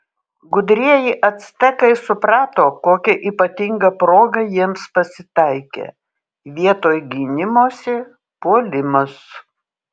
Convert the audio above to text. gudrieji actekai suprato kokia ypatinga proga jiems pasitaikė vietoj gynimosi puolimas